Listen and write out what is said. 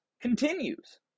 continues